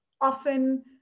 often